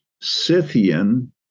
Scythian